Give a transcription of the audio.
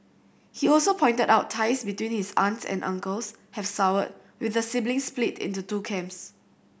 he also pointed out ties between his aunts and uncles have soured with the siblings split into two camps